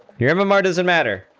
your um mind as a matter